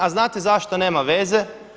A znate zašto nema veze?